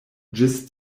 ĝis